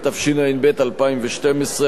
התשע"ב 2012,